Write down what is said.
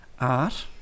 art